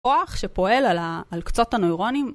כוח שפועל על קצות הנוירונים.